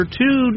two